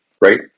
right